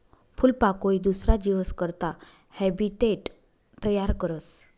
फूलपाकोई दुसरा जीवस करता हैबीटेट तयार करस